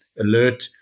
alert